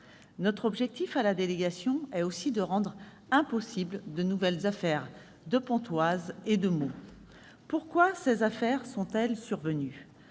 L'objectif de la délégation est aussi de rendre impossibles de nouvelles affaires de Pontoise et de Meaux. Pourquoi ces affaires sont-elles survenues ?